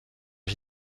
est